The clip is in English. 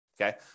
okay